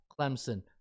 Clemson